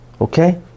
Okay